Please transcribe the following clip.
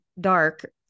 dark